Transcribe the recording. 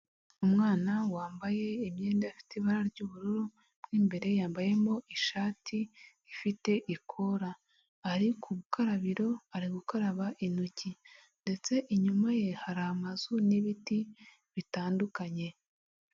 Umwana wambaye imyenda afite ibara ry'ubururu, mwo imbere yambayemo ishati ifite ikora ari k'urukarabiro ari gukaraba intoki, ndetse inyuma ye hari amazu n'ibiti bitandukanye.